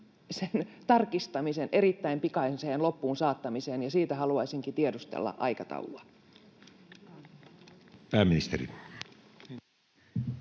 sen tarkistamisen erittäin pikaiseen loppuun saattamiseen, ja siitä haluaisinkin tiedustella aikataulua. [Speech